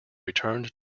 returned